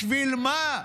בשביל מה?